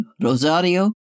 Rosario